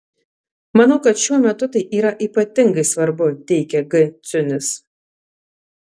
manau kad šiuo metu tai yra ypatingai svarbu teigia g ciunis